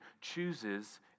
chooses